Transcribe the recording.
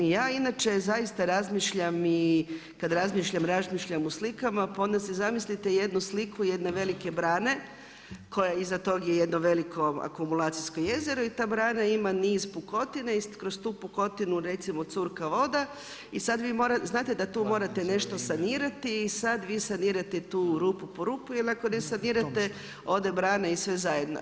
Ja inače zaista razmišljam i kad razmišljam, razmišljam u slikama, pa onda si zamislite jednu sliku jedne velike brane koja iza toga je jedno veliko akumulacijsko jezero i ta brana ima niz pukotina i kroz tu pukotinu recimo curka voda i sad znate da tu morate nešto sanirati i sad vi sanirate tu rupu po rupu jer ako ne sanirate, ode brana i sve zajedno.